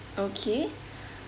okay